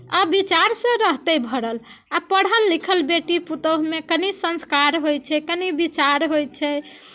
अविचारसँ रहतै भरल आ पढ़ल लिखल बेटी पुतहुमे कनी संस्कार होइत छै कनी विचार होइत छै